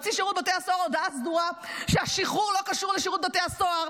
שירות בתי הסוהר מוציא הודעה סדורה שהשחרור לא קשור לשירות בתי הסוהר,